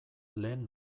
lehen